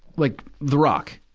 like the rock.